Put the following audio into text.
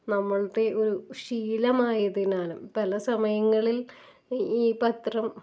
നമ്മളുടെ ഒരു ശീലമായതിനാലും പലസമയങ്ങളിൽ ഈ പത്രം